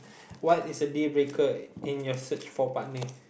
what is the deal breaker in your search for partner